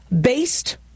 based